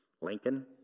Lincoln